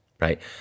Right